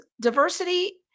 diversity